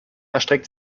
erstreckt